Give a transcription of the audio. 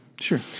Sure